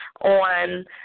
on